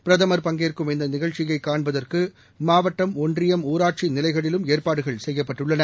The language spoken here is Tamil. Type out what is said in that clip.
பிரதமா் பங்கேற்கும் இந்த நிகழ்ச்சியை காண்பதற்கு மாவட்டம் ஒன்றியம் ஊராட்சி நிலைகளிலும் ஏற்பாடுகள் செய்யப்பட்டுள்ளன